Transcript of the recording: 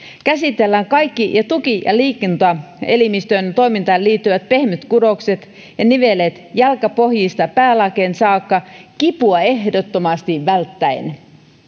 käsitellään kaikki tuki ja liikuntaelimistön toimintaan liittyvät pehmytkudokset ja nivelet jalkapohjista päälakeen saakka kipua ehdottomasti välttäen